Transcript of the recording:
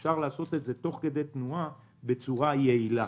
אלא אפשר לעשות את זה תוך כדי תנועה בצורה יעילה.